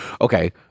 Okay